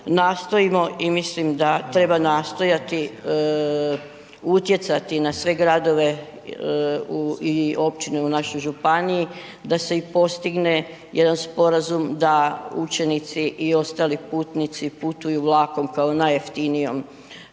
Nastojimo i mislim da treba nastojati utjecati na sve gradove i općine u našoj županiji da se i postigne jedan sporazum da učenici i ostali putnici putuju vlakom kao najjeftinijom